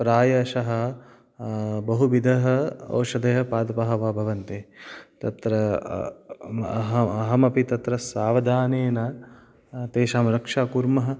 प्रायशः बहुविधः औषधयः पादपाः भब् भवन्ति तत्र अहम् अहमपि तत्र सावधानेन तेषां रक्षा कुर्मः